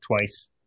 twice